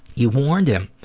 you warned him.